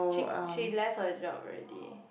she she left her job already